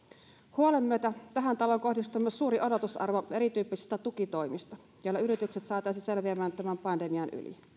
huolen myötä tähän taloon kohdistuu myös suuri odotusarvo erityyppisistä tukitoimista joilla yritykset saataisiin selviämään tämän pandemian yli